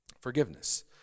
Forgiveness